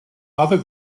other